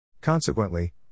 Consequently